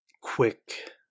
quick